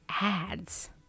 ads